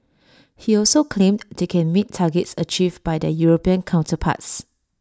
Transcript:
he also claimed they can meet targets achieved by their european counterparts